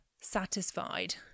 satisfied